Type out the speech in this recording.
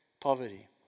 poverty